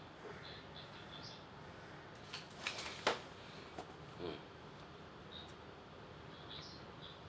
mm